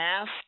ask